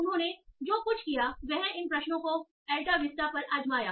उन्होंने जो कुछ किया वह इन प्रश्नों को अल्ताविस्टा पर आजमाया